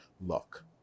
Look